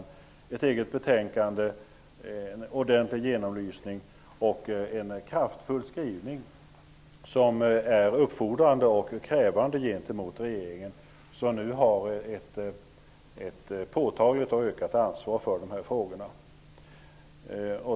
Den har fått ett eget betänkande och en ordentlig genomlysning, och man har gjort en kraftfull skrivning som är uppfordrande och krävande gentemot regeringen, som nu har ett påtagligt ökat ansvar för dessa frågor.